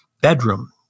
bedroom